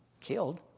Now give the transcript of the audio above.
killed